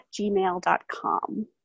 gmail.com